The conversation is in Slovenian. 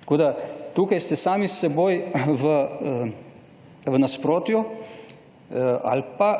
Tako da tukaj ste sami s seboj v nasprotju ali pa,